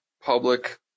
public